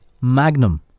magnum